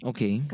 Okay